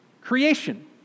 creation